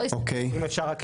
אם אפשר, אני